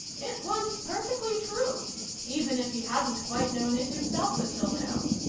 it was perfectly true even if he hadn't quite known it himself until now.